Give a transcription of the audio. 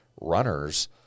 runners –